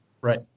Right